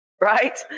Right